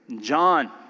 John